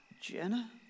Jenna